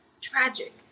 tragic